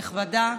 כנסת נכבדה,